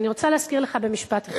אני רוצה להזכיר לך במשפט אחד,